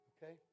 Okay